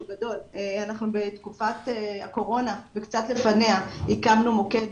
בתקופת הקורונה וקצת לפניה הקמנו מוקד